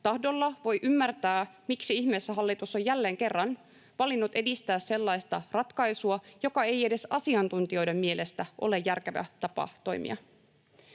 tahdolla voi ymmärtää, miksi ihmeessä hallitus on jälleen kerran valinnut edistää sellaista ratkaisua, joka ei edes asiantuntijoiden mielestä ole järkevä tapa toimia.